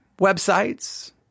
websites